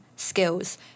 skills